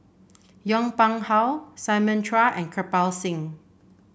Yong Pung How Simon Chua and Kirpal Singh